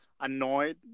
annoyed